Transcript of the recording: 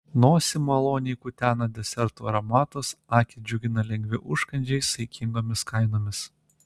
nosį maloniai kutena desertų aromatas akį džiugina lengvi užkandžiai saikingomis kainomis